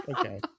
Okay